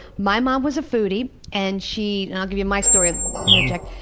my mom was a foodie, and she i'll give you my story, i'll interject.